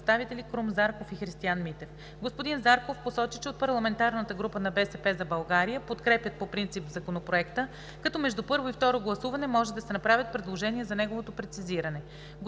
Крум Зарков и Христиан Митев. Господин Зарков посочи, че от парламентарната група на „БСП за България“ подкрепят по принцип Законопроекта, като между първо и второ гласуване може да се направят предложения за неговото прецизиране.